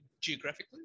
geographically